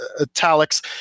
italics